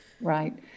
right